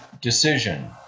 decision